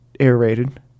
aerated